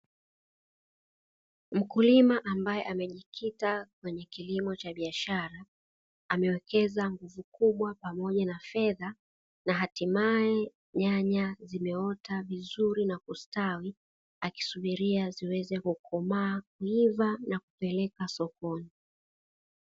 Mkulima, ambaye amejikita kwenye kilimo cha biashara, amewekeza nguvu kubwa pamoja na fedha, na hatimaye nyanya zimeota vizuri na kustawi, akisubiria ziweze kukomaa, kuiva, na kupeleka sokoni.